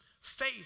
faith